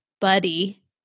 buddy